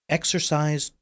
Exercise